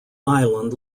island